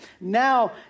now